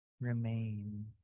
remain